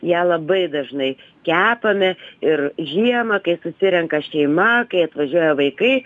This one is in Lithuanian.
ją labai dažnai kepame ir žiemą kai susirenka šeima kai atvažiuoja vaikai